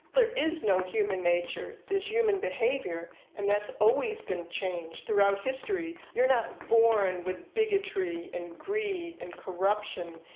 there is no human nature, there's human behavior, and that's always been changed throughout history. you're not born with bigotry, and greed, and corruption,